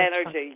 energy